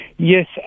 Yes